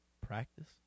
Practice